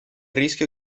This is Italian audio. rischio